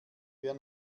wer